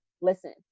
listen